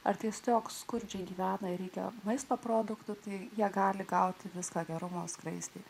ar tiesiog skurdžiai gyvena ir reikia maisto produktų tai jie gali gauti viską gerumo skraistė